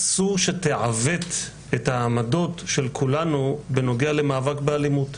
אסור שתעוות את העמדות של כולנו בנוגע למאבק באלימות,